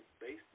based